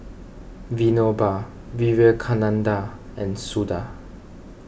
Vinoba Vivekananda and Suda